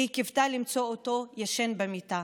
והיא קיוותה למצוא אותו ישן במיטה.